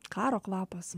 karo kvapas